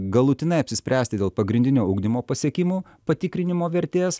galutinai apsispręsti dėl pagrindinio ugdymo pasiekimų patikrinimo vertės